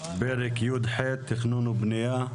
פרק י"ח (תכנון ובנייה),